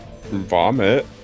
Vomit